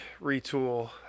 retool